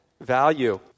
Value